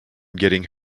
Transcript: getting